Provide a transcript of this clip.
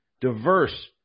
diverse